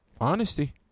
honesty